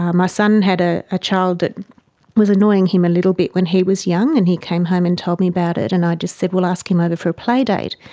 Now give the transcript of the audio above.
ah my son had ah a child that was annoying him ah little bit when he was young and he came home and told me about it and i just said, well, ask him over for a play date.